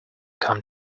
come